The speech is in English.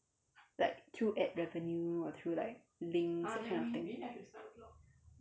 like to add revenue or through like links kind of thing